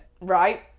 right